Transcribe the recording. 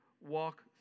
walk